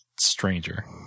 stranger